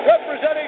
Representing